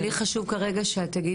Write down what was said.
לי חשוב כרגע שאת תגידי.